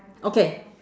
okay